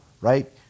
right